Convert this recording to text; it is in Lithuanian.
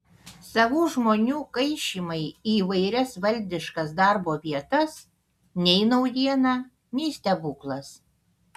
savų žmonių kaišymai į įvairias valdiškas darbo vietas nei naujiena nei stebuklas